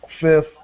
fifth